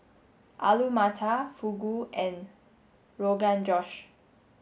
Alu Matar Fugu and Rogan Josh